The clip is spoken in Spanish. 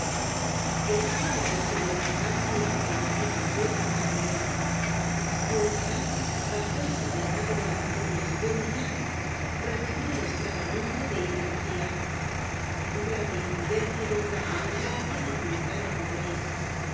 el hombre habia sido hecho grande y empequeñecido á la vez por napoleon lo ideal bajo ese reinado de la materia espléndida recibió el estraño nombre de ideología grave imprudencia de un grande hombre ridiculizar el porvenir